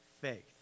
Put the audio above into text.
faith